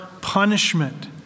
punishment